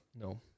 No